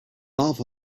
laugh